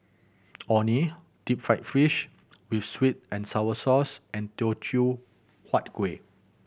Orh Nee deep fried fish with sweet and sour sauce and Teochew Huat Kueh